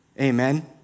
amen